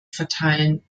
verteilen